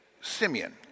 Simeon